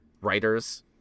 writers